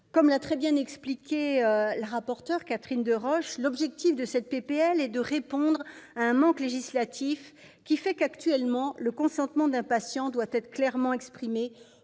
Comme l'a très bien expliqué la rapporteur, Catherine Deroche, l'objectif de cette proposition de loi est de répondre à un manque législatif, qui fait qu'actuellement le consentement d'un patient doit être clairement exprimé